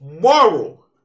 moral